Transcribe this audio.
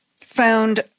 found